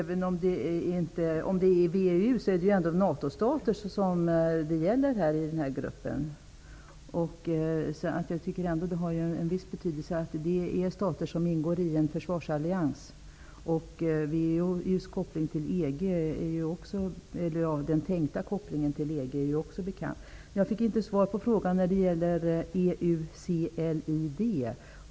Herr talman! Även om det gäller WEU är det ändå fråga om NATO-stater. Jag tycker i alla fall att det har en viss betydelse att det gäller stater som ingår i en försvarsallians. WEU:s tänkta koppling till EG är också bekant. Jag fick inget svar på min fråga när det gäller EUCLID.